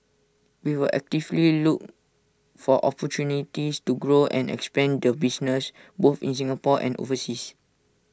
we will actively look for opportunities to grow and expand the business both in Singapore and overseas